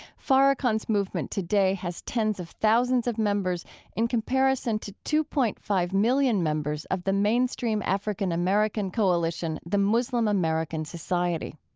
farrakhan's movement today has tens of thousands of members in comparison to two point five million members of the mainstream african-american coalition the muslim american society.